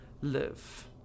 live